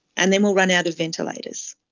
and then we'll run out of ventilators.